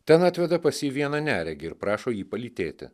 ten atveda pas jį vieną neregį ir prašo jį palytėti